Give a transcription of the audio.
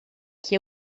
que